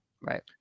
Right